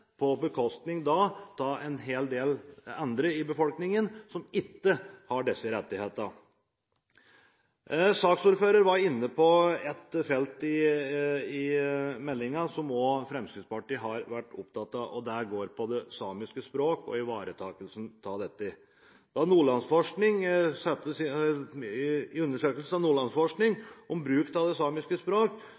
på bekostning av en hel del andre i befolkningen, som ikke har disse rettighetene. Saksordføreren var inne på et felt i meldingen som også Fremskrittspartiet har vært opptatt av, og det går på det samiske språk og ivaretakelsen av dette. I undersøkelsen gjort av Nordlandsforskning om bruken av det samiske språk